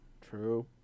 True